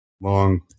long